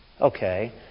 Okay